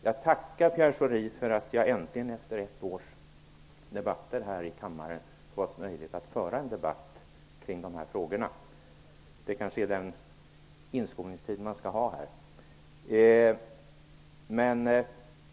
Jag tackar Pierre Schori för att jag äntligen efter ett års debatter här i kammaren fått möjlighet att föra en debatt kring de här frågorna. Det är kanske den inskolningstid man skall ha här.